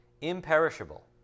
Imperishable